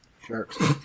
Sharks